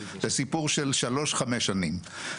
לסיפור של שלוש עד חמש שנים.